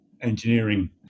engineering